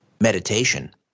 meditation